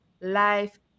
life